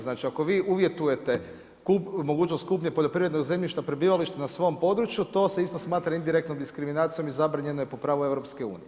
Znači ako vi uvjetujete mogućnost kupnje poljoprivrednog zemljišta prebivališta na svom području to se isto smatra indirektnom diskriminacijom i zabranjeno je po pravu EU.